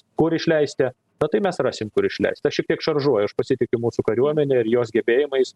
kur išleisite na tai mes rasim kur išleist aš šiek tiek šaržuoju aš pasitikiu mūsų kariuomene ir jos gebėjimais